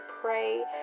pray